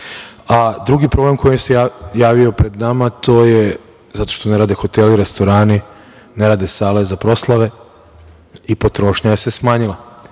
Drugi problem koji se javio pred nama to je zato što ne rade hoteli, restorani, ne rade sale za proslave i potrošnja se smanjila.